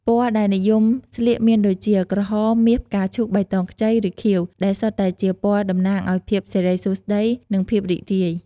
ពណ៌ដែលនិយមស្លៀកមានដូចជា ក្រហម មាស ផ្កាឈូក បៃតងខ្ចី ឬខៀវ ដែលសុទ្ធតែជាពណ៌តំណាងឱ្យភាពសិរីសួស្តី និងភាពរីករាយ។